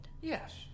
Yes